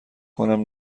کنم